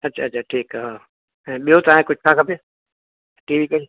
अच्छा अच्छा ठीकु आहे हा ऐं ॿियो तव्हांखे कुझु खपे ठीकु आहिनि